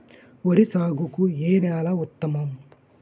వరి సాగుకు ఏ నేల ఉత్తమం?